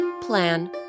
plan